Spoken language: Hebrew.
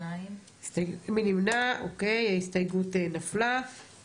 ההסתייגות 2 נמנעים, אין ההסתייגות נפלה.